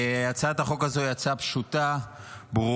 הצעת החוק הזאת היא הצעה פשוטה, ברורה,